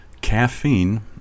Caffeine